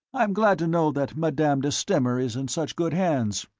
i am glad to know that madame de stamer is in such good hands.